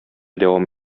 дәвам